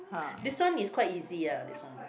this one is quite easy ya this one